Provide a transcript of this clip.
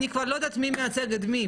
אני כבר לא יודעת מי מייצג את מי.